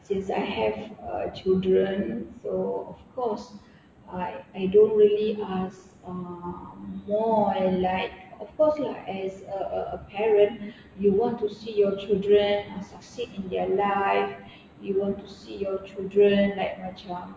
since I have uh children so of course I I don't really ask ah more like of course lah as a a parent you want to see your children ah succeed in their life you want to see your children like macam